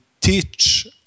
teach